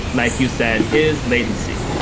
like you said, is latency.